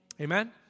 Amen